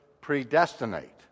predestinate